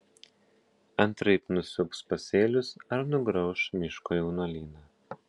antraip nusiaubs pasėlius ar nugrauš miško jaunuolyną